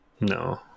No